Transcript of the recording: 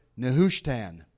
Nehushtan